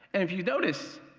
if you notice,